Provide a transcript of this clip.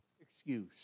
excuse